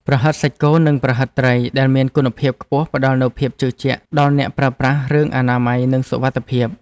ប្រហិតសាច់គោនិងប្រហិតត្រីដែលមានគុណភាពខ្ពស់ផ្តល់នូវភាពជឿជាក់ដល់អ្នកប្រើប្រាស់រឿងអនាម័យនិងសុវត្ថិភាព។